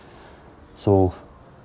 so